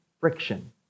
friction